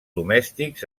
domèstics